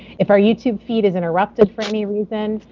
if our youtube feed is interrupted for any reason,